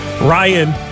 Ryan